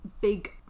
big